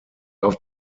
auf